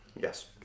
Yes